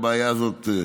את הבעיה הזאת.